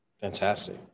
Fantastic